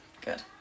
Good